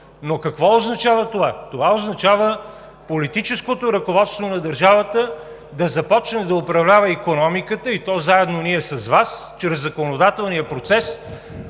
Какво означава това? Това означава политическото ръководство на държавата да започне да управлява икономиката, и то заедно ние с Вас, чрез законодателния процес